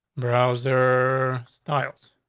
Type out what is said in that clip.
browse their styles.